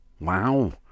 Wow